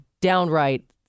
downright